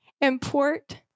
import